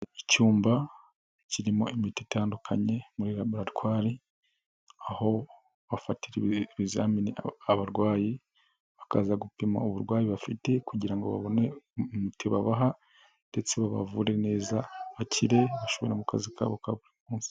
Icyumba kirimo imiti itandukanye muri laboratwari, aho bafatirarwa ibizamini abarwayi, bakaza gupima uburwayi bafite kugira ngo babone umuti babaha ndetse babavure neza bakire basubire mu kazi kabo ka buri munsi.